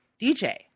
DJ